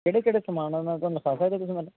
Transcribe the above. ਕਿਹੜਾ ਕਿਹੜਾ ਸਮਾਨ ਹੈ ਉਹਨਾਂ ਦਾ ਲਿਖਾ ਸਕਦੇ ਤੁਸੀਂ ਮੈਨੂੰ